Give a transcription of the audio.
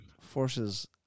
forces